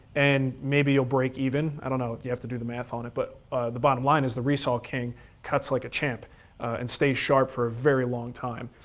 and maybe you'll break even. i don't know, you have to do the math on it, but the bottom line is the resaw king cuts like a champ and stays sharp for a very long time.